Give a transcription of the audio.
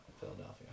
Philadelphia